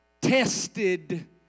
tested